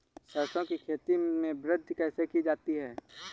सरसो की खेती में वृद्धि कैसे की जाती है?